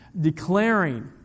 Declaring